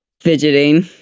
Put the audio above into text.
Fidgeting